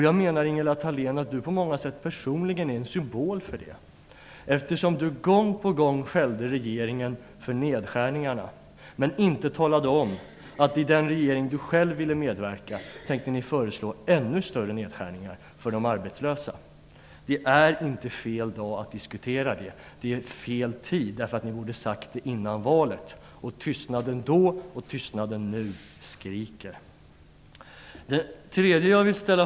Jag menar att Ingela Thalén på många sätt personligen är en symbol för detta, eftersom hon gång på gång skällde på den tidigare regeringen för nedskärningarna men inte talade om att hon i den regering som hon själv ville medverka i tänkte föreslå ännu större nedskärningar för de arbetslösa. Det är inte fel dag att diskutera detta. Det är fel tid, därför att ni borde ha berättat detta före valet. Tystnaden då och tystnaden nu skriker.